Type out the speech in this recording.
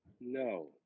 No